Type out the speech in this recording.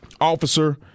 officer